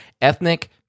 ethnic